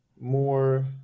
more